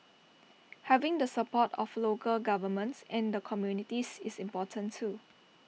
having the support of local governments and the communities is important too